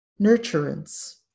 nurturance